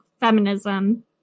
feminism